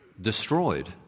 destroyed